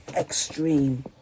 extreme